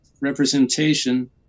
representation